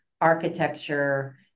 architecture